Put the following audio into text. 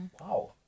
Wow